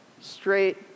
straight